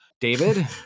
David